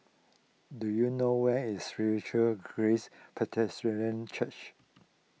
do you know where is Spiritual Grace Church